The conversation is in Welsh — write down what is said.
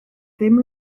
ddim